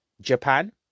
Japan